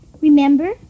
Remember